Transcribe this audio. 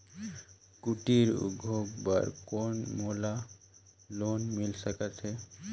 कुटीर उद्योग बर कौन मोला लोन मिल सकत हे?